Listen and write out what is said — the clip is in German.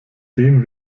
dem